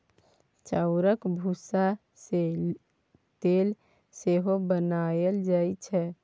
चाउरक भुस्सा सँ तेल सेहो बनाएल जाइ छै